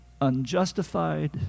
unjustified